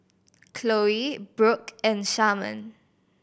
Khloe Brook and Sharman